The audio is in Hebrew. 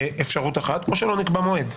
או שלא נקבע מועד,